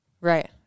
Right